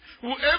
whoever